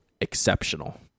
exceptional